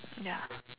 ya